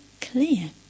clear